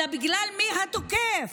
אלא בגלל זהות התוקף,